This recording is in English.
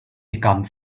become